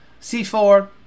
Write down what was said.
C4